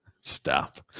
Stop